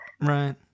Right